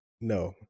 no